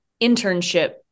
internship